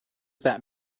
that